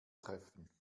treffen